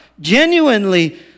genuinely